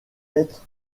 être